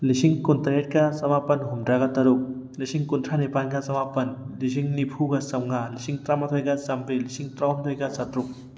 ꯂꯤꯁꯤꯡ ꯀꯨꯟꯇꯦꯠꯀ ꯆꯃꯥꯄꯟ ꯍꯨꯝꯗ꯭ꯔꯥꯒ ꯇꯔꯨꯛ ꯂꯤꯁꯤꯡ ꯀꯨꯟꯊ꯭ꯔꯥ ꯅꯤꯄꯥꯟꯒ ꯆꯃꯥꯄꯟ ꯂꯤꯁꯤꯡ ꯅꯤꯐꯨꯒ ꯆꯝꯃꯉꯥ ꯂꯤꯁꯤꯡ ꯇꯔꯥꯃꯥꯊꯣꯏꯒ ꯆꯥꯝꯃꯔꯤ ꯂꯤꯁꯤꯡ ꯇꯔꯥꯍꯨꯝꯗꯣꯏꯒ ꯆꯥꯇ꯭ꯔꯨꯛ